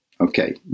Okay